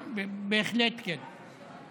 בהחלט, כן.